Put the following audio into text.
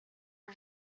are